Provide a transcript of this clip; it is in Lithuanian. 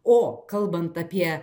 o kalbant apie